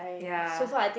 ya